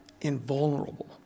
invulnerable